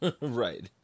Right